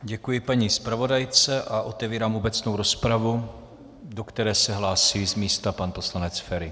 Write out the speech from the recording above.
Děkuji paní zpravodajce a otevírám obecnou rozpravu, do které se hlásí z místa pan poslanec Feri.